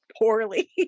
poorly